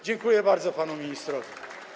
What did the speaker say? Dziękuję bardzo panu ministrowi.